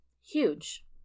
huge